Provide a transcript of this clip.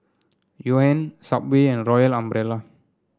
Johan Subway and Royal Umbrella